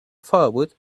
firewood